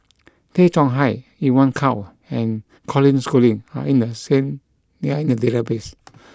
Tay Chong Hai Evon Kow and Colin Schooling are in the skin they are in the database